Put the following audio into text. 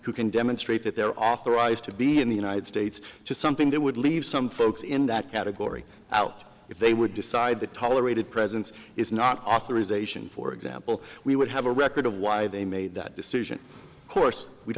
who can demonstrate that there are thrice to be in the united states something that would leave some folks in that category out if they would decide the tolerated presence is not authorization for example we would have a record of why they made that decision course we